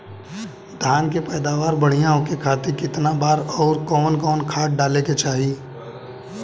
धान के पैदावार बढ़िया होखे खाती कितना बार अउर कवन कवन खाद डाले के चाही?